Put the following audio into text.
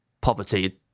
poverty